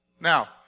Now